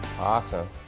Awesome